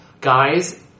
guys